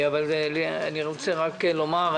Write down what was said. אני רק רוצה לומר.